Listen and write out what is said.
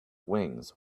wings